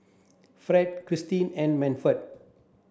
Fred Cristin and Manford